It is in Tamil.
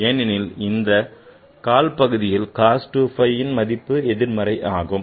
ஏனெனில் இந்த கால் பகுதியில் cos 2 phi ன் மதிப்பு எதிர்மறை ஆகும்